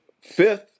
fifth